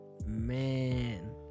man